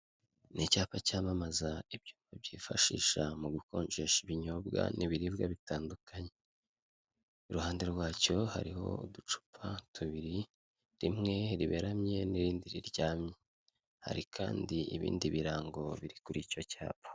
Ni icyapa cyamamaza ibyuma byifashisha mu gukonjesha ibinyobwa n'ibiribwa bitandukanye, iruhande rwacyo hariho uducupa tubiri rimwe riberamye, n'irindi riryamye hari kandi ibindi birango biri kuri icyo cyapa.